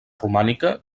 romànica